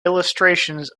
illustrations